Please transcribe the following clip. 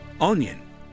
onion